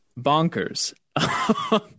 bonkers